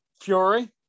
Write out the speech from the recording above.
Fury